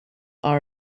are